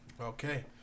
Okay